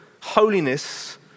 holiness